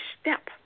step